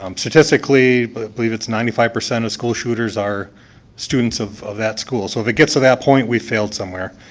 um statistically, but i believe it's ninety five percent of school shooters are students of of that school. so if it gets to that point, we failed somewhere.